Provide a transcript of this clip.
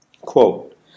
Quote